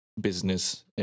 business